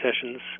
Sessions